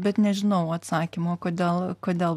bet nežinau atsakymo kodėl kodėl